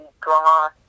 draw